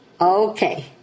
Okay